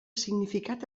significat